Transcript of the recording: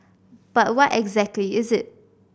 but what exactly is it